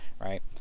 right